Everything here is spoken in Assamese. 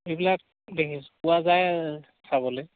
এইবিলাক দেখি পোৱা যায় চাবলৈ